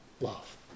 love